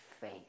faith